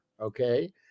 Okay